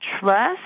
trust